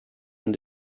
and